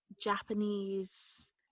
japanese